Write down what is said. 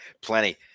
Plenty